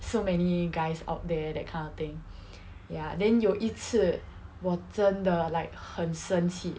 so many guys out there that kind of thing ya then 有一次我真的 like 很生气